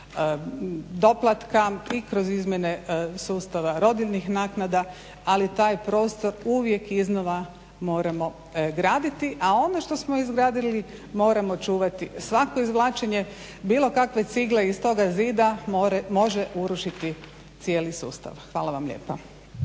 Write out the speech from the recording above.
doplatka i kroz izmjene sustava rodiljnih naknada. Ali taj prostor uvijek iznova moramo graditi. A ono što smo izgradili moramo čuvati. Svako izvlačenje bilo kakve cigle iz toga zida može urušiti cijeli sustav. Hvala vam lijepa.